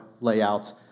layout